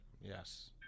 Yes